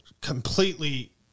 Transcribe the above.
completely